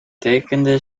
tekende